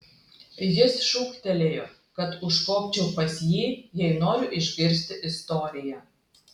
jis šūktelėjo kad užkopčiau pas jį jei noriu išgirsti istoriją